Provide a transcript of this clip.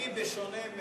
אני בשונה,